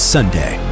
Sunday